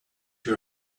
your